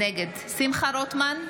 נגד שמחה רוטמן,